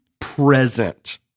present